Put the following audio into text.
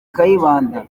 kayibanda